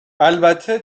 البته